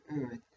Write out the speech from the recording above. earth